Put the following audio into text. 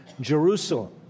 Jerusalem